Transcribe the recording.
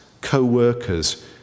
co-workers